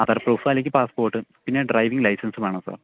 Aadhaar proof അല്ലെങ്കിൽ passport പിന്നെ driving ലൈസൻസും വേണം സാർ